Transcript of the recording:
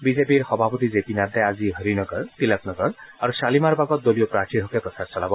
বিজেপিৰ সভাপতি J P নাড্ডাই আজি হৰিনগৰ তিলকনগৰ আৰু শ্বালিমাৰবাগত দলীয় প্ৰাৰ্থীৰ হকে প্ৰচাৰ চলাব